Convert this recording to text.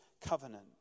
covenant